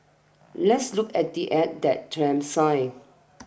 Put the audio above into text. let's look at the act that Trump signed